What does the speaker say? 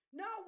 no